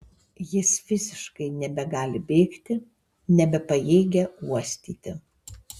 jis fiziškai nebegali bėgti nebepajėgia uostyti